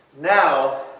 Now